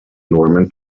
norman